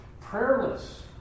Prayerless